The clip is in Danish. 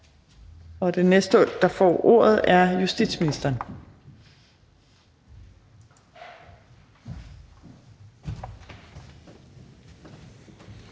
og den næste, der får ordet, er justitsministeren.